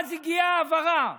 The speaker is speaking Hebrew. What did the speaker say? ואז הגיעה ההעברה,